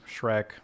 Shrek